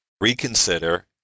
reconsider